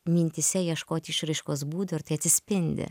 mintyse ieškot išraiškos būdų ir tai atsispindi